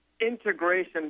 integration